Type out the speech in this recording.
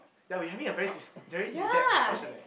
ya we having a very dis~ very in depth discussion eh